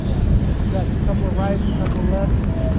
okay, we've got a couple of rights, a couple of lefts.